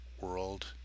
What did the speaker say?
world